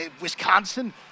Wisconsin